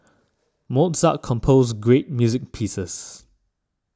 Mozart composed great music pieces